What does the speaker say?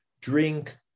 drink